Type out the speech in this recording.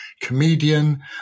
comedian